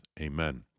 Amen